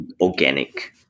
organic